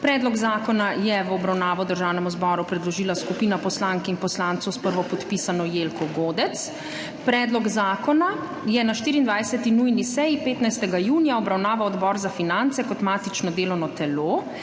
Predlog zakona je v obravnavo Državnemu zboru predložila skupina poslank in poslancev s prvopodpisano Jelko Godec. Predlog zakona je na 24. nujni seji 15. junija obravnaval Odbor za finance kot matično delovno telo.